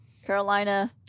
Carolina